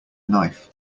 knife